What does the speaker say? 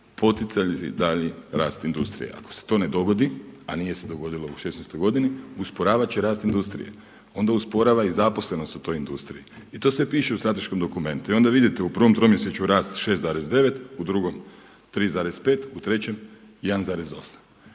poticati daljnji rast industrije. Ako se to ne dogodi a nije se dogodilo u 2016. godini usporavat će rast industrije, onda usporava i zaposlenost u toj industriji. I to sve piše u strateškom dokumentu i onda vidite u prvom tromjesečju rast 6,9, u drugom 3,5 u trećem 1,8.